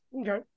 Okay